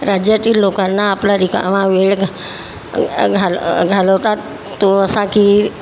राज्यातील लोकांना आपला रिकामा वेळ घ घाल अ घालवतात तो असा की